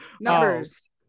Numbers